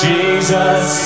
Jesus